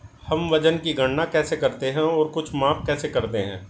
हम वजन की गणना कैसे करते हैं और कुछ माप कैसे करते हैं?